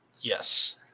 Yes